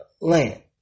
land